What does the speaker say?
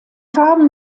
farben